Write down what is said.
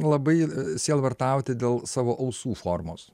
labai sielvartauti dėl savo ausų formos